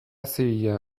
zibila